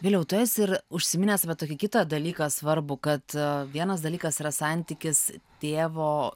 vyliau tu esi ir užsiminęs va tokį kitą dalyką svarbų kad vienas dalykas yra santykis tėvo